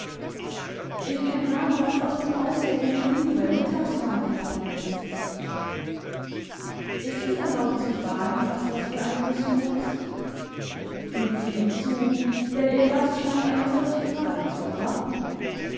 ich entnahm das aus den äußerungen die du beim mittagsmahle fallen ließest ist es erlaubt zu fragen was das für eine mission ist fügt sie hinzu denn ihr gast scheint eine solche frage zu erwarten